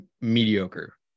mediocre